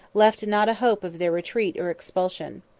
left not a hope of their retreat or expulsion.